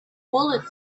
bullets